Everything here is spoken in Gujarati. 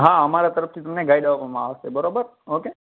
હા અમારા તરફથી તમને ગાઈડ આપવામાં આવશે બરાબર ઓકે